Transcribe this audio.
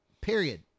period